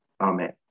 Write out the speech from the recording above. Amen